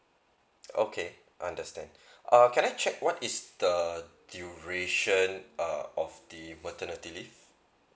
okay I understand uh can I check what is the duration uh of the maternity leave